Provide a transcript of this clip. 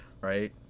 Right